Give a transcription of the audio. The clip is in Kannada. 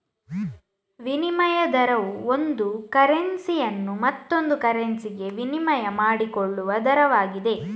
ವಿನಿಮಯ ದರವು ಒಂದು ಕರೆನ್ಸಿಯನ್ನು ಮತ್ತೊಂದು ಕರೆನ್ಸಿಗೆ ವಿನಿಮಯ ಮಾಡಿಕೊಳ್ಳುವ ದರವಾಗಿದೆ